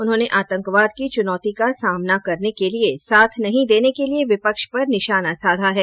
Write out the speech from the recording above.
उन्होंने आतंकवाद की चुनौती का सामना करने के लिए साथ नहीं देने के लिए विपक्ष पर निशाना साधा है